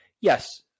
Yes